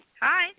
Hi